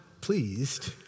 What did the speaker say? pleased